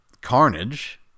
Carnage